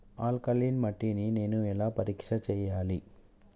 Alkaline మట్టి ని నేను ఎలా పరీక్ష చేయాలి?